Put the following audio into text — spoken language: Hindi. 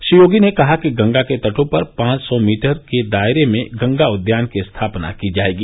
श्री योगी ने कहा कि गंगा के तटों पर पाँच सौ मीटर के दायरे में गंगा उद्यान की स्थापना की जायेगी